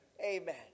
Amen